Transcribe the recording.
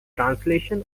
translation